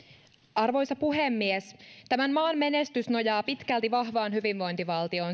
arvoisa puhemies tämän maan menestys nojaa pitkälti vahvaan hyvinvointivaltioon